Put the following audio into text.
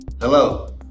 Hello